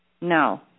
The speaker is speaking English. No